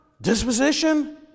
disposition